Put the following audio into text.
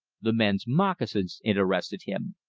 the men's moccasins interested him.